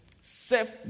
self